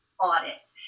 audit